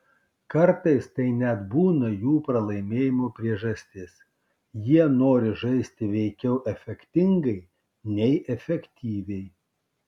kartais tai net būna jų pralaimėjimo priežastis jie nori žaisti veikiau efektingai nei efektyviai